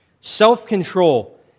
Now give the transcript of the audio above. Self-control